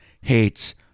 hates